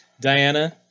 Diana